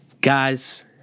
Guys